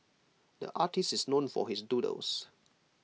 the artist is known for his doodles